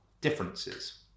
differences